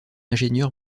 ingénieur